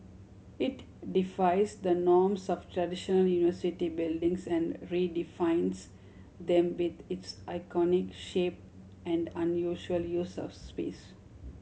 it defies the norms of traditional university buildings and redefines them with its iconic shape and unusually use of space